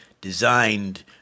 designed